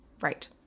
Right